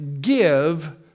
give